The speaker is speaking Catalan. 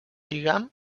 lligam